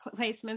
placements